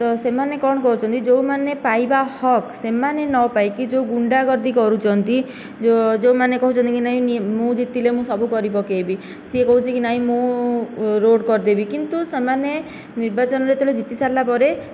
ତ ସେମାନେ କ'ଣ କହୁଛନ୍ତି ଯେଉଁମାନେ ପାଇବା ହକ୍ ସେମାନେ ନ ପାଇକି ଯେଉଁ ଗୁଣ୍ଡାଗର୍ଦ୍ଦି କରୁଛନ୍ତି ଯେଉଁ ଯେଉଁମାନେ କହୁଛନ୍ତି କି ନାହିଁ ମୁଁ ଜିତିଲେ ମୁଁ ସବୁ କରିପକାଇବି ସିଏ କହୁଚି କି ନାହିଁ ମୁଁ ରୋଡ଼ କରିଦେବି କିନ୍ତୁ ସେମାନେ ନିର୍ବାଚନ ଯେତେବେଳେ ଜିତି ସାରିଲାପରେ